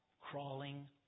crawling